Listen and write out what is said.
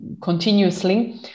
continuously